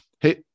Hey